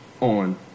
on